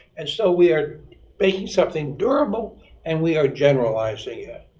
and so, we are making something durable and we are generalizing it.